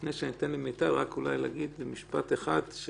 לפני שאתן מיטל אני אגיד משפט אחד: